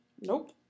Nope